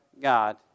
God